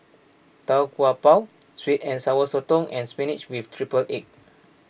Tau Kwa Pau Sweet and Sour Sotong and Spinach with Triple Egg